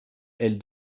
elle